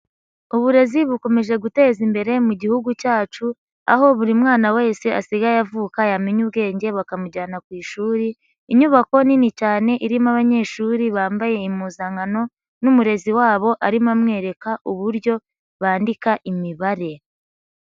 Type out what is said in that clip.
Uburezi bukomeje guteza imbere mu Gihugu cyacu aho buri mwana wese asigaye avuka yamenya ubwenge bakamujyana ku ishuri. Inyubako nini cyane irimo abanyeshuri bambaye impuzankano n'umurezi wabo arimo amwereka uburyo bandika imibare.